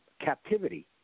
captivity